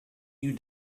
you